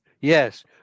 Yes